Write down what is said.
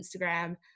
Instagram